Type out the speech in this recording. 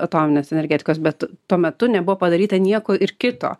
atominės energetikos bet tuo metu nebuvo padaryta nieko ir kito